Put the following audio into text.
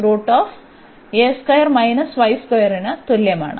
ന് തുല്യമാണ്